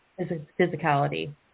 physicality